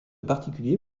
particulier